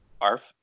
Arf